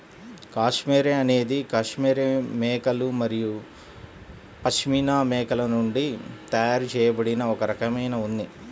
cashmere అనేది cashmere మేకలు మరియు పష్మినా మేకల నుండి తయారు చేయబడిన ఒక రకమైన ఉన్ని